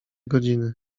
godziny